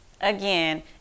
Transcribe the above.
Again